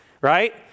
right